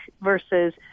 versus